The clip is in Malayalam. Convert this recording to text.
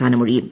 സ്ഥാനമൊഴിയും